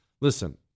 Listen